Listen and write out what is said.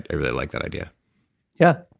i really like that idea yeah.